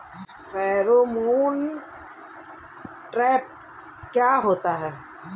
Pheromone trap क्या होता है?